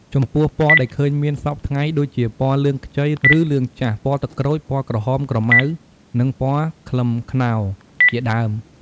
ចំពោះពណ៌ដែលឃើញមានសព្វថ្ងៃដូចជាពណ៌លឿងខ្ចី ឬលឿងចាស់ ពណ៌ទឹកក្រូច ពណ៌ក្រហមក្រមៅ និងពណ៌ខ្លឹមខ្នុរ ជាដើម។